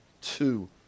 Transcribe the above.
two